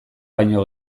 baino